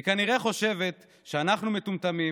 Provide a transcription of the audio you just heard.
היא כנראה חושבת שאנחנו מטומטמים,